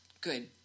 good